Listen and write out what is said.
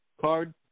card